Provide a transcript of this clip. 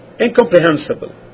incomprehensible